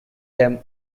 them